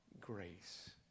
grace